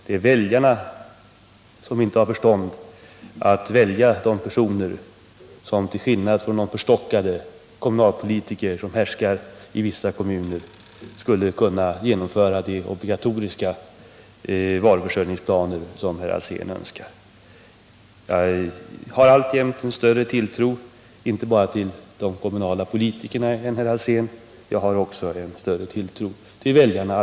Det är väljarna som inte har förstånd att välja de personer som till skillnad från de förstockade kommunalpolitiker som härskar i vissa kommuner skulle kunna genomföra de obligatoriska varuförsörjningsplaner som herr Alsén önskar. Jag har alltjämt en större tilltro, inte bara till de kommunala politikerna, herr Alsén. Jag har också alldeles uppenbart en större tilltro till väljarna.